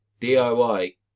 DIY